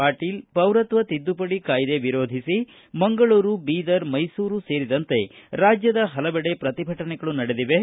ಪಾಟೀಲ್ ಪೌರತ್ವ ತಿದ್ದುಪಡಿ ಕಾಯ್ದೆ ವಿರೋಧಿಸಿ ಮಂಗಳೂರು ಬೀದರ್ ಮೈಸೂರು ಸೇರಿದಂತೆ ರಾಜ್ಯದಲ್ಲಿ ಹಲವೆಡೆ ಪ್ರತಿಭಟನೆಗಳು ನಡೆದಿವೆ